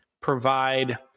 provide